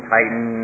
Titan